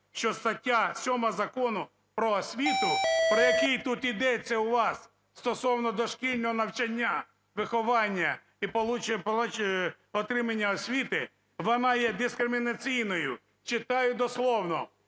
що стаття 7 Закону "Про освіту", про який тут йдеться у вас, стосовно дошкільного навчання, виховання і отримання освіти, вона є дискримінаційною. Читаю дослівно: